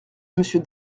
monsieur